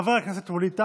חבר הכנסת ווליד טאהא.